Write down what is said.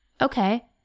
Okay